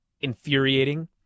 infuriating